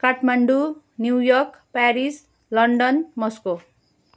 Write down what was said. Kathmandu New York Paris London Moscow